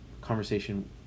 conversation